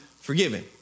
forgiven